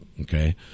okay